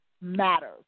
matters